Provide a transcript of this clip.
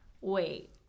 wait